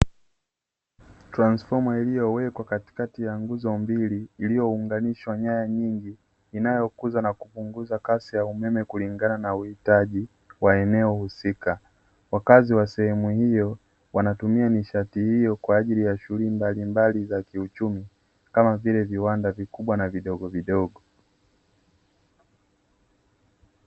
Transfoma iliyowekwa katikati ya nguzo mbili iliyounganishwa nyaya nyingi, inayokuza na kupunguza kasi ya umeme kulingana na uhitaji wa eneo husika. Wakazi wa sehemu hiyo wanatumia nishati hiyo kwa ajili ya shughuli mbalimbali za kiuchumi, kama vile viwanda vikubwa na vidogo vidogo.